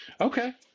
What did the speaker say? Okay